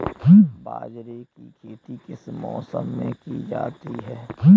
बाजरे की खेती किस मौसम में की जाती है?